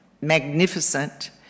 magnificent